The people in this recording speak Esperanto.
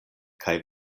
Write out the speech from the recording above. kaj